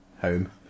home